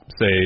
say